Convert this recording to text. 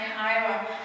Iowa